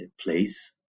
place